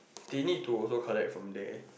they need to also collect from there